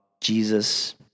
Jesus